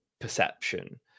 perception